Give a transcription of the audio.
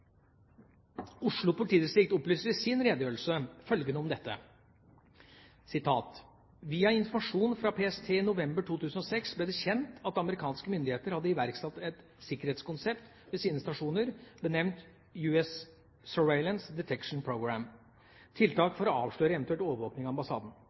Oslo politidistrikt opplyser i sin redegjørelse følgende om dette: «Via informasjon fra PST i november 2006 ble det kjent at amerikanske myndigheter hadde iverksatt et «sikkerhetskonsept» ved sine stasjoner, benevnt US Surveillance Detection Program – tiltak for å avsløre evt. overvåking av ambassaden.